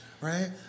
right